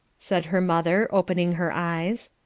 said her mother, opening her eyes.